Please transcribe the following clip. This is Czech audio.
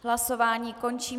Hlasování končím.